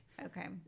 Okay